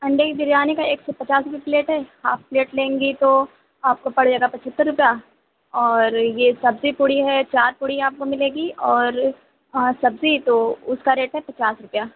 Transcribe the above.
انڈے کی بریانی کا ایک سو پچاس روپے پلیٹ ہے ہاف پلیٹ لیں گی تو آپ کو پڑے گا پچہتر روپیہ اور یہ سبزی پوڑی ہے چار پوڑی آپ کو مِلے گی اور سبزی تو اُس کا ریٹ ہے پچاس روپیہ